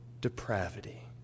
depravity